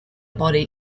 body